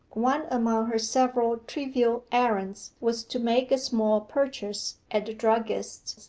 one among her several trivial errands was to make a small purchase at the druggist's.